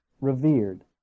revered